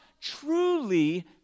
truly